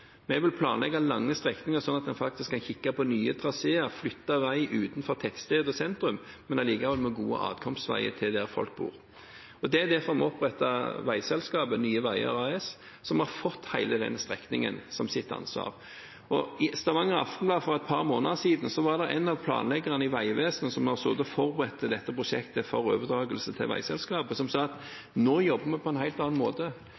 Vi vil planlegge lange strekninger, slik at en kan se på nye traseer, flytte vei utenfor tettsted og sentrum, men likevel med gode adkomstveier til der folk bor. Det er derfor vi har opprettet veiselskapet, Nye Veier AS, som har fått hele den strekningen som sitt ansvar. I Stavanger Aftenblad for et par måneder siden sto det om en av planleggerne i Vegvesenet som har sittet og forberedt dette prosjektet for overdragelse til veiselskapet, og som sa at nå jobber de på en helt annen måte.